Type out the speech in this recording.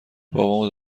بابام